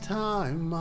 time